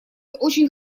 очень